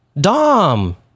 Dom